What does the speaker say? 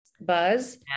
buzz